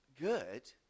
good